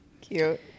cute